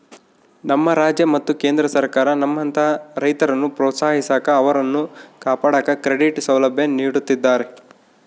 ನಮ್ಮ ರಾಜ್ಯ ಮತ್ತು ಕೇಂದ್ರ ಸರ್ಕಾರ ನಮ್ಮಂತಹ ರೈತರನ್ನು ಪ್ರೋತ್ಸಾಹಿಸಾಕ ಅವರನ್ನು ಕಾಪಾಡಾಕ ಕ್ರೆಡಿಟ್ ಸೌಲಭ್ಯ ನೀಡುತ್ತಿದ್ದಾರೆ